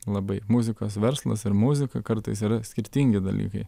labai muzikos verslas ir muzika kartais yra skirtingi dalykai